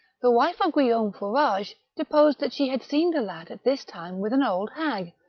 the wife of guillaume fourage deposed that she had seen the lad at this time with an old hag,